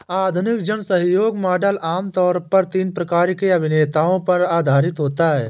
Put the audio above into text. आधुनिक जनसहयोग मॉडल आम तौर पर तीन प्रकार के अभिनेताओं पर आधारित होता है